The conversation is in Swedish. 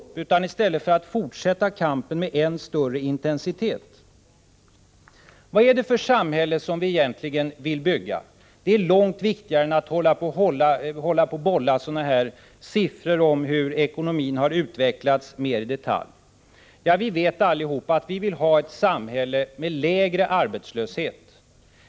Det sporrar oss i stället att fortsätta kampen med än större intensitet. Vad är det egentligen för samhälle vi vill bygga? Att ställa den frågan är långt viktigare än att bolla med siffror som gäller hur ekonomin har utvecklats mer i detalj. Vi vill allihop ha ett samhälle med lägre arbetslöshet.